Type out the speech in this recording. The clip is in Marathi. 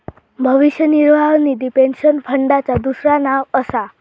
भविष्य निर्वाह निधी पेन्शन फंडाचा दुसरा नाव असा